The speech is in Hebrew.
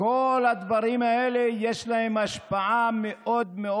לכל הדברים האלה יש השפעה קשה מאוד מאוד.